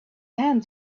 hand